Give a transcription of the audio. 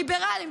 ליברלים,